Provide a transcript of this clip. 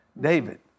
David